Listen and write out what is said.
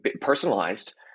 personalized